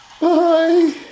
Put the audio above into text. Bye